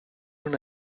una